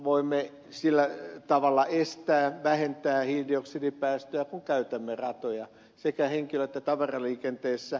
voimme sillä tavalla estää vähentää hiilidioksidipäästöjä kun käytämme ratoja sekä henkilö että tavaraliikenteessä